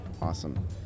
Awesome